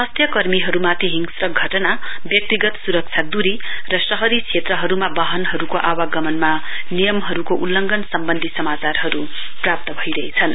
स्वास्थ्य कर्मीहरूमाथि हिंसक घटना व्यक्तिगत सुरक्षा दुरी र शहरी क्षेत्रहरूमा वाहनहरूको आवागमनमा नियमहरूको उल्लघन सम्बन्धी समाचारहरू प्राप्त भइरहेछन्